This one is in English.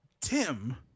tim